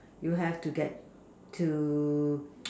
you have to get to